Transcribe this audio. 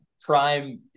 prime